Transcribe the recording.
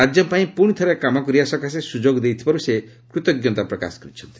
ରାଜ୍ୟପାଇଁ ପୁଣି ଥରେ କାମ କରିବା ସକାଶେ ସୁଯୋଗ ଦେଇଥିବାରୁ ସେ କୃତଜ୍ଞତା ପ୍ରକାଶ କରିଛନ୍ତି